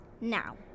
now